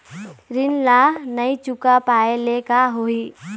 ऋण ला नई चुका पाय ले का होही?